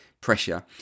pressure